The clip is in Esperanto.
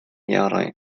jaroj